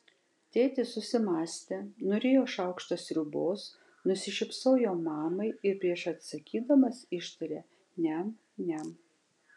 tėtis susimąstė nurijo šaukštą sriubos nusišypsojo mamai ir prieš atsakydamas ištarė niam niam